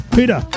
Peter